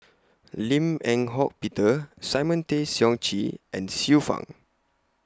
Lim Eng Hock Peter Simon Tay Seong Chee and Xiu Fang